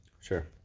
Sure